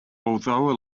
although